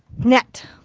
net.